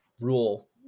rule